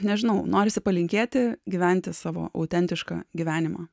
nežinau norisi palinkėti gyventi savo autentišką gyvenimą